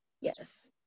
Yes